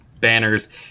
banners